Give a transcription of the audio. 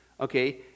okay